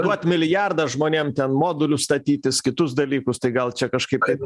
duot milijardą žmonėm ten modulius statytis kitus dalykus tai gal čia kažkaip kaip